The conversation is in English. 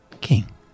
King